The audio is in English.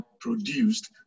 produced